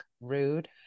rude